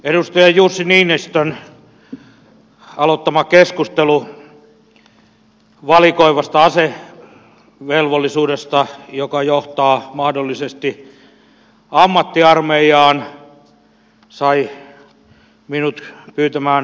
edustaja jussi niinistön aloittama keskustelu valikoivasta asevelvollisuudesta joka johtaa mahdollisesti ammattiarmeijaan sai minut pyytämään puheenvuoroa